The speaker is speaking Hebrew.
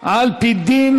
על פי דין),